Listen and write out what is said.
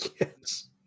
Yes